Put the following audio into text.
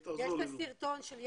הרצוג הלך אבל ביקש להראות סרטון קצר.